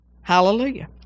Hallelujah